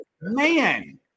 man